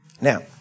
Now